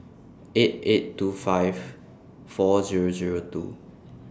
eight eight two five four Zero Zero two